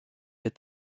est